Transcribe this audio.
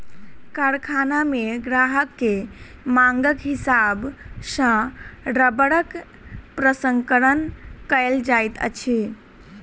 कारखाना मे ग्राहक के मांगक हिसाब सॅ रबड़क प्रसंस्करण कयल जाइत अछि